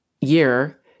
year